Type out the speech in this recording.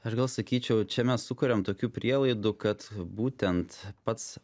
aš gal sakyčiau čia mes sukuriam tokių prielaidų kad būtent pats